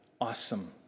awesome